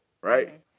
right